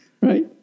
right